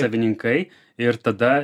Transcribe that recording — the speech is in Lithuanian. savininkai ir tada